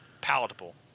palatable